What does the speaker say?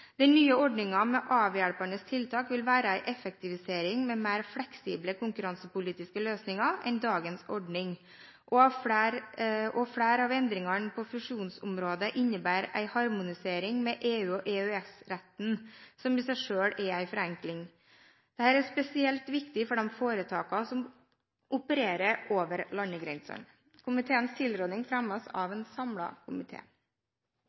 Den nye ordningen med avhjelpende tiltak vil være en effektivisering med mer fleksible konkurransepolitiske løsninger enn dagens ordning. Flere av endringene på fusjonsområdet innebærer en harmonisering med EU og EØS-retten, som i seg selv er en forenkling. Dette er spesielt viktig for de foretakene som opererer over landegrensene. Komiteens tilråding fremmes av